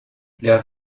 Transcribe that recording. leur